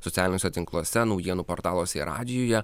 socialiniuose tinkluose naujienų portaluose ir radijuje